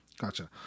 gotcha